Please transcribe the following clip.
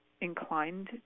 Inclined